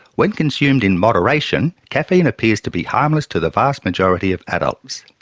when consumed in moderation caffeine appears to be harmless to the vast majority of adults.